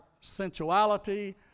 sensuality